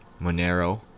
Monero